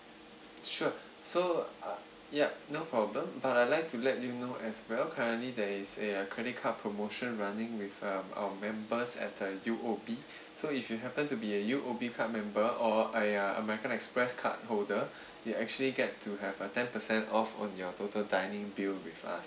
sure so uh ya no problem but I like to let you know as well currently there is a credit card promotion running with uh our members at uh U_O_B so if you happen to be a U_O_B card member or a a american express card holder you actually get to have a ten percent off on your total dining bill with us